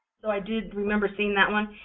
so i did remember seeing that one.